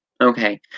okay